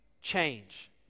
change